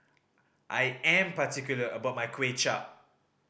I am particular about my Kuay Chap